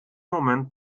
moment